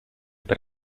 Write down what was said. per